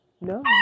No